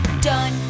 Done